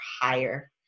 higher